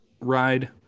ride